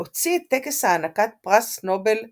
להוציא את טקס הענקת פרס נובל לשלום.